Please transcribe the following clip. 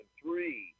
three